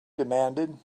demanded